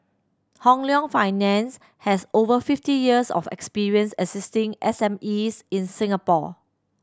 Hong Leong Finance has over fifty years of experience assisting S M Es in Singapore